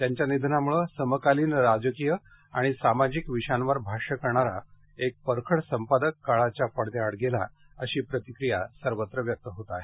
त्यांच्या निधनामुळं समकालीन राजकीय आणि सामाजिक विषयांवर भाष्य करणारा एक परखड संपादक काळाच्या पडद्याआड गेला अशी प्रतिक्रिया सर्वत्र व्यक्त होत आहे